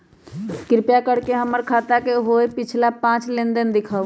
कृपा कर के हमर खाता से होयल पिछला पांच लेनदेन दिखाउ